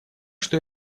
что